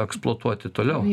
eksploatuoti toliau